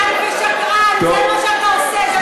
קטן ושקרן, זה מה שאתה עושה.